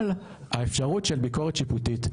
על האפשרות של ביקורת שיפוטית,